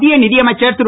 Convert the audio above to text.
மத்திய நிதிஅமைச்சர் திரு